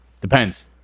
Depends